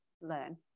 learn